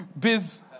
Biz